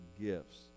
gifts